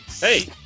Hey